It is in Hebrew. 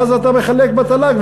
ואז אתה מחלק בתל"ג,